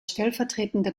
stellvertretende